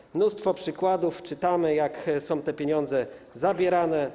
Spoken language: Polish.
Jest mnóstwo przykładów, czytamy, jak są te pieniądze zabierane.